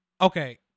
Okay